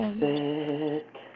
set